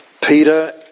Peter